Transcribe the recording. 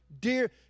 dear